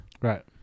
Right